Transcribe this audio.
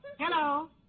Hello